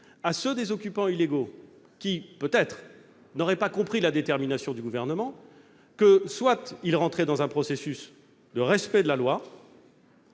à ceux des occupants illégaux qui, peut-être, n'auraient pas compris la détermination dudit gouvernement : soit ils entraient dans un processus de respect de la loi,